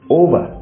over